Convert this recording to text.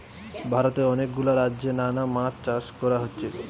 ভারতে অনেক গুলা রাজ্যে নানা মাছ চাষ কোরা হচ্ছে